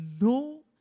no